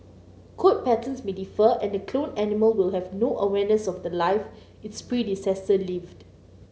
coat patterns may differ and the cloned animal will have no awareness of the life its predecessor lived